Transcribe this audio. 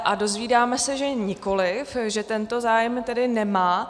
A dozvídáme se, že nikoliv, že tento zájem tedy nemá.